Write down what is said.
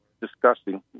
disgusting